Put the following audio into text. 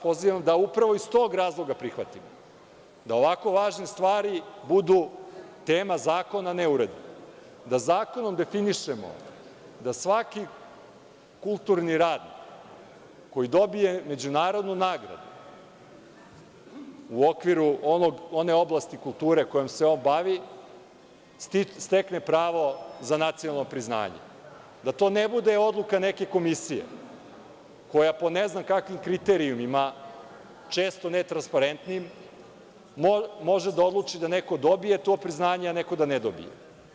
Pozivam vas da upravo iz tog razloga prihvatite, da ovako važne stvari budu tema zakona, a ne uredbe, da zakonom definišemo da svaki kulturni radnik koji dobije međunarodnu nagradu u okviru one oblasti kulture kojom se on bavi stekne pravo za nacionalno priznanje, da to ne bude odluka neke komisije, koja po ne znam kojim kriterijumima, često netransparentnim, može da odluči da neko dobije to priznanje, a neko da ne dobije.